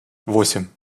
восемь